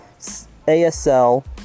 ASL